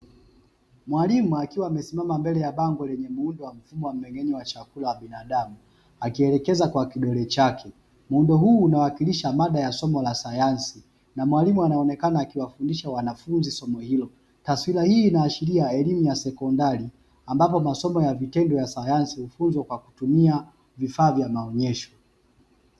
Mwalimu akiwa amesimama mbele ya bango, lenye muundo wa mfumo wa mmeng'enyo wa chakula wa binadamu, akielekeza kwa kidole chake. Muundo huu unawakilisha mada ya somo la sayansi na mwalimu anaonekana akiwafundisha wanafunzi somo hilo. Taswira hii inaashiria elimu ya sekondari, ambapo masomo ya vitendo ya sayansi hufunzwa kwa kutumia vifaa vya maonyesho.